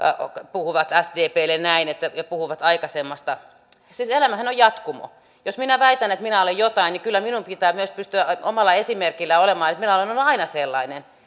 puhuvat sdplle näin ja puhuvat aikaisemmasta siis elämähän on jatkumo jos minä väitän että minä olen jotain niin kyllä minun pitää myös pystyä omalla esimerkilläni näyttämään että minä olen ollut aina sellainen